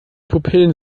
pupillen